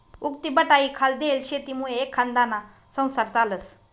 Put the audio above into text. उक्तीबटाईखाल देयेल शेतीमुये एखांदाना संसार चालस